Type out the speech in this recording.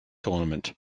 tournament